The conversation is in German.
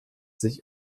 sich